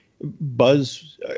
Buzz